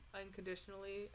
unconditionally